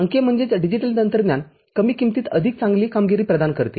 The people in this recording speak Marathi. अंकीय तंत्रज्ञान कमी किंमतीत अधिक चांगली कामगिरी प्रदान करते